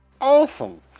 Awesome